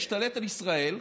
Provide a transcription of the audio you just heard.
ישתלט על ישראל.